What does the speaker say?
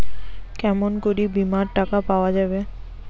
কেমন করি বীমার টাকা পাওয়া যাবে?